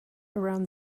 around